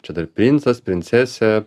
čia dar princas princesė